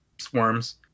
swarms